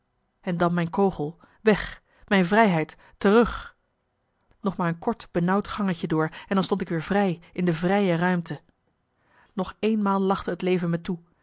en dan mijn kogel weg mijn vrijheid terug marcellus emants een nagelaten bekentenis nog maar een kort benauwd gangetje door en dan stond ik weer vrij in de vrije ruimte nog eenmaal lachte het leven me toe